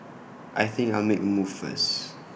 I think I'll make A move first